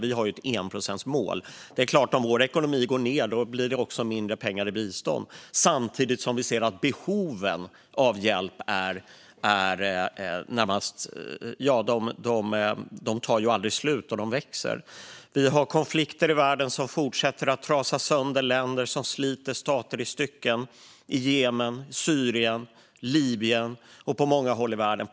Vi har ju ett enprocentsmål. Om vår ekonomi går ned är det klart att det också blir mindre pengar i bistånd. Samtidigt ser vi att behovet av hjälp aldrig tar slut - det växer. Det finns konflikter i världen som fortsätter att trasa sönder länder och som sliter stater i stycken. De finns i Jemen, Syrien, Libyen och på många håll i världen.